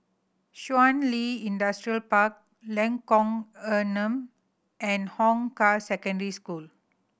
Shun Li Industrial Park Lengkong Enam and Hong Kah Secondary School